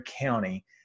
County